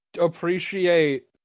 appreciate